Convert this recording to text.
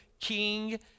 King